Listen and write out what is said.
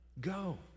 Go